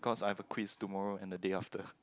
cause I have a quiz tomorrow and the day after